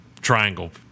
triangle